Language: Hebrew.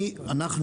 אנחנו,